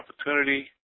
opportunity